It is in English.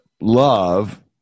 love